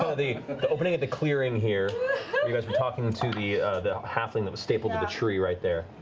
ah the but the opening of the clearing here, where you guys were talking to the the halfling that was stapled to the tree right there.